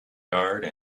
garde